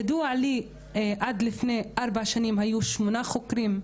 ידוע לי שעד לפני ארבע שנים היו שמונה חוקרים,